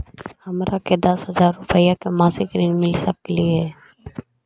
हमरा के दस हजार रुपया के मासिक ऋण मिल सकली हे?